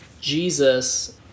Jesus